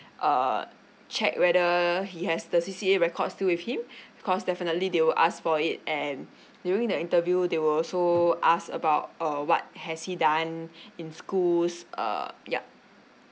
err check whether he has the C_C_A record still with him because definitely they will ask for it and during the interview they will also ask about uh what has he done in schools err yup